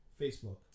Facebook